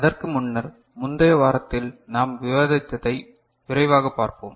அதற்கு முன்னர் முந்தைய வாரத்தில் நாம் விவாதித்ததை விரைவாக பார்ப்போம்